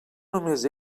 només